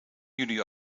jullie